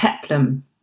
peplum